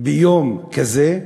ביום כזה?